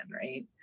right